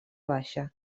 baixa